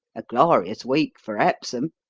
a glorious week for epsom.